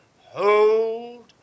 hold